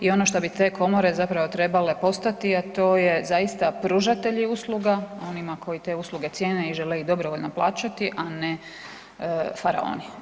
I ono što bi te komore zapravo trebale postati, a to je zaista pružatelji usluga onima koji te usluge cijene i žele ih dobrovoljno plaćati, a ne faraoni.